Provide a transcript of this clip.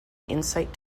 insight